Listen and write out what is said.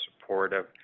supportive